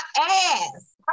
ass